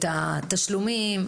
את התשלומים,